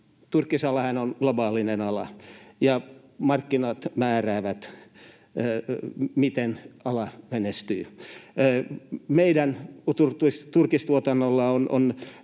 Turkisalahan on globaalinen ala, ja markkinat määräävät, miten ala menestyy. Meidän turkistuotannolla on